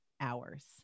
hours